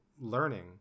learning